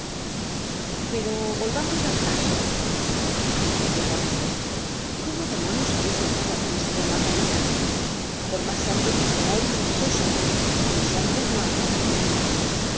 pero volvamos al caso dijo fauchelevent cómo demonios habeis entrado aquí señor magdalena por mas santo que seais sois hombre y los hombres no entran aquí